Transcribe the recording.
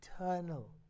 eternal